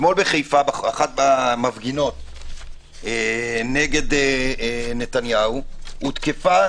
אתמול בחיפה, אחת המפגינות נגד נתניהו הותקפה